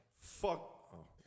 Fuck